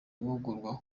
guhugurwa